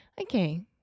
Okay